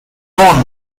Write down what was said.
drawn